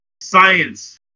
Science